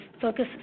focus